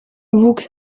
wuchs